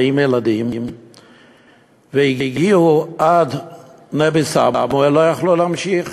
ילדים והגיעו עד נבי-סמואל ולא יכלו להמשיך.